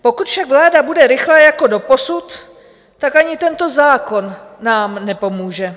Pokud však vláda bude rychlá jako doposud, tak ani tento zákon nám nepomůže.